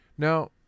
now